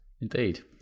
Indeed